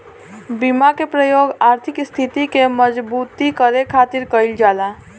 बीमा के प्रयोग आर्थिक स्थिति के मजबूती करे खातिर कईल जाला